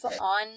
on